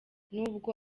nubwo